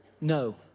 No